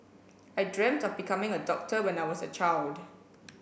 I dreamt of becoming a doctor when I was a child